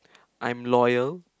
I'm loyal